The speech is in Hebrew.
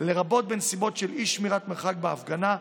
לרבות בנסיבות של אי-שמירת מרחק בהפגנה,